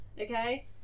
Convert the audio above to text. Okay